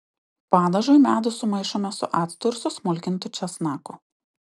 padažui medų sumaišome su actu ir susmulkintu česnaku